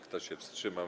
Kto się wstrzymał?